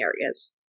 areas